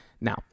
Now